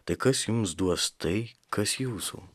tai kas jums duos tai kas jūsų